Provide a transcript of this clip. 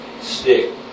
stick